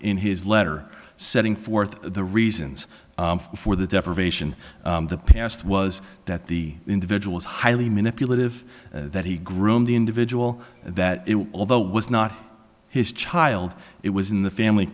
in his letter setting forth the reasons for the deprivation the past was that the individual is highly manipulative that he groomed the individual that although was not his child it was in the family